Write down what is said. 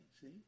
See